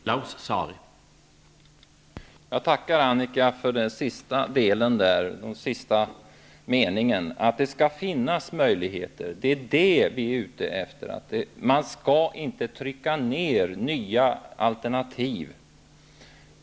Herr talman! Jag tackar Annika Åhnberg för det hon sade i den sista meningen i sitt inlägg. Det skall finnas möjligheter. Det är det vi är ute efter. Man skall inte trycka ner nya alternativ.